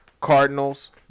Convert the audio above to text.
Cardinals